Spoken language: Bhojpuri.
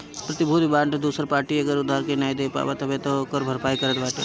प्रतिभूति बांड दूसर पार्टी अगर उधार नाइ दे पावत हवे तअ ओकर भरपाई करत बाटे